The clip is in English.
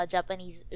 Japanese